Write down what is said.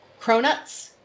cronuts